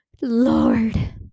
Lord